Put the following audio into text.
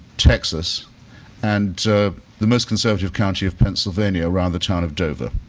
texas and the most conservative county of pennsylvania around the town of dover.